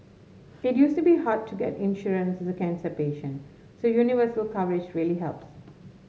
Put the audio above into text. it used to be hard to get insurance as a cancer patient so universal coverage really helps